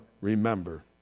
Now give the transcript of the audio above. remember